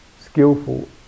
skillful